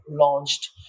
launched